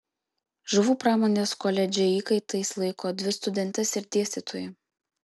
žuvų pramonės koledže įkaitais laiko dvi studentes ir dėstytoją